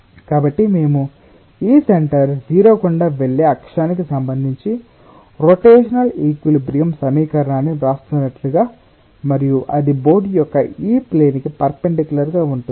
కాబట్టి మేము ఈ సెంటర్ O గుండా వెళ్ళే అక్షానికి సంబంధించి రోటేషనల్ ఈక్విలిబ్రియం సమీకరణాన్ని వ్రాస్తున్నట్లుగా మరియు అది బోర్డు యొక్క ఈ ప్లేన్ కి పెర్ఫెన్దికులర్ గా ఉంటుంది